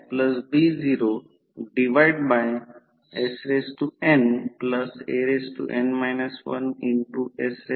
म्हणजे येथे I1 च्या कोनात आल्यास 38 oआणि V 1 कोन 0 आहे ते संदर्भ चरण आहे